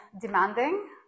demanding